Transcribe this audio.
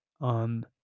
on